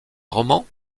roman